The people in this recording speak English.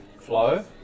flow